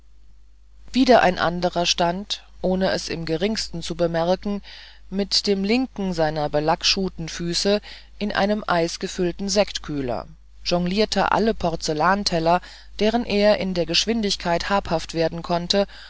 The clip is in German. wieder ein anderer stand ohne es im geringsten zu bemerken mit dem linken seiner belackschuhten füße in einem eisgefüllten sektkühler jonglierte alle porzellanteller deren er in der geschwindigkeit habhaft werden konnte